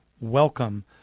welcome